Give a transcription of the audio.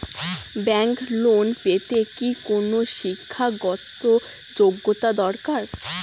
Bank loan পেতে কি কোনো শিক্ষা গত যোগ্য দরকার?